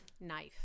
knife